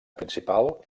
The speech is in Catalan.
principal